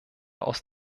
aus